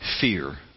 fear